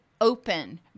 open